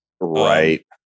Right